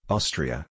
Austria